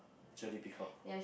J D Peacock